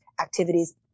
activities